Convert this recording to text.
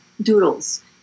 doodles